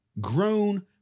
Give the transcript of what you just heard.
grown